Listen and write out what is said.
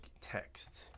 text